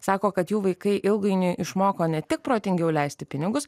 sako kad jų vaikai ilgainiui išmoko ne tik protingiau leisti pinigus